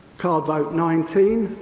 card vote nineteen,